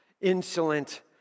Insolent